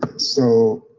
so,